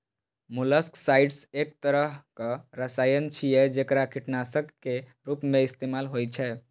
molluscicides एक तरहक रसायन छियै, जेकरा कीटनाशक के रूप मे इस्तेमाल होइ छै